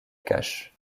cache